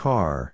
Car